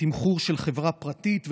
בתמחור של חברה פרטית.